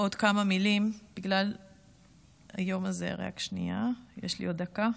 יש לי עוד דקה,